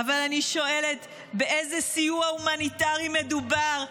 אבל אני שואלת באיזה סיוע הומניטרי מדובר?